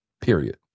Period